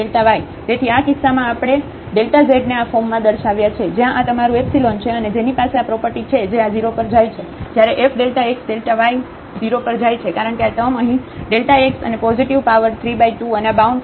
તેથી આ કિસ્સામાં આપણે આ Δ ઝેડને આ ફોર્મમાં દર્શાવ્યા છે જ્યાં આ તમારું એપ્સીલોન છે અને જેની પાસે આ પ્રોપર્ટી છે જે આ 0 પર જાય છે જ્યારે f ΔxΔ y 0 પર જાય છે કારણ કે આ ટર્મ અહીં Δxઅને પોઝિટિવ પાવર3 બાય 2 અને આ બાઉન્ડ ફંકશન છે